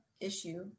issue